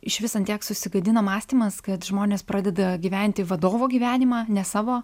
išvis ant tiek susigadino mąstymas kad žmonės pradeda gyventi vadovo gyvenimą ne savo